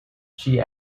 she